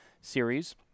series